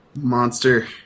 Monster